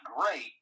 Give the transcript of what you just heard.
great